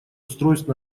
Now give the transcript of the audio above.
устройств